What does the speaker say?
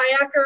kayaker